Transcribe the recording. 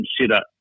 consider